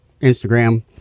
Instagram